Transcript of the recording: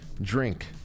drink